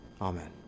Amen